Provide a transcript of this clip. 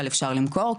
אבל אפשר למכור,